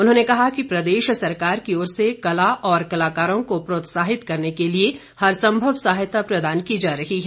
उन्होंने कहा कि प्रदेश सरकार की ओर से कला और कलाकारों को प्रोत्साहित करने के लिए हर संभव सहायता प्रदान की जा रही है